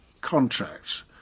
contracts